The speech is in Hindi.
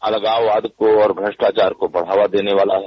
अलगाववाद और भ्रष्टाचार को बढ़ावा देने वाला है